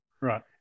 Right